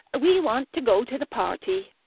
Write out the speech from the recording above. we want to go to the party.